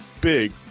big